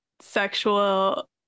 sexual